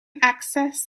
access